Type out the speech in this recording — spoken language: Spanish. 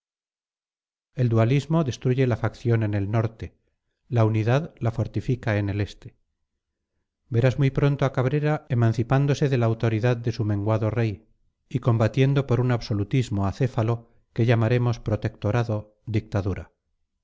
el dualismo destruye la facción en el norte la unidad la fortifica en el este verás muy pronto a cabrera emancipándose de la autoridad de su menguado rey y combatiendo por un absolutismo acéfalo que llamaremos protectorado dictadura